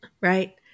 Right